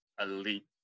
elite